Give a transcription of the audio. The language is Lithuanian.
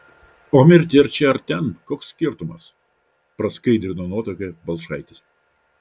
o mirti ar čia ar ten koks skirtumas praskaidrino nuotaiką balčaitis